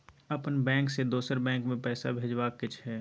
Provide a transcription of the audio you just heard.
अपन बैंक से दोसर बैंक मे पैसा भेजबाक छै?